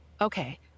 okay